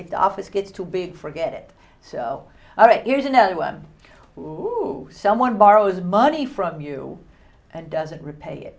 if the office gets too big for get it so all right here's another one who someone borrows money from you and doesn't repa